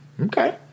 Okay